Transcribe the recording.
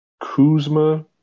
Kuzma